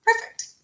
Perfect